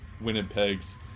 Winnipeg's